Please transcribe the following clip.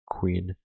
Queen